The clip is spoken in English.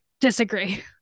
disagree